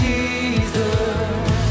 Jesus